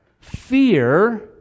Fear